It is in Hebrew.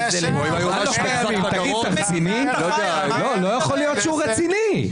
------ לא יכול להיות שהוא רציני.